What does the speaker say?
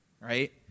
right